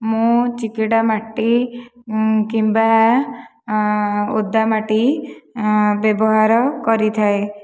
ମୁଁ ଚିକିଡ଼ା ମାଟି କିମ୍ବା ଓଦା ମାଟି ବ୍ୟବହାର କରିଥାଏ